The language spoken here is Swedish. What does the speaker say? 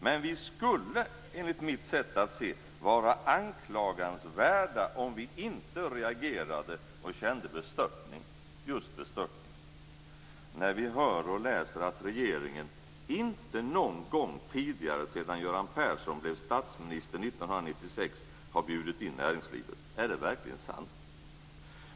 Men vi skulle, enligt mitt sätt att se, vara anklagansvärda om vi inte reagerade och kände bestörtning - just bestörtning - när vi hör och läser att regeringen "inte någon gång tidigare sedan Göran Persson blev statsminister 1996 har bjudit in näringslivet". Är det verkligen sant?